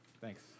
Thanks